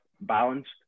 balanced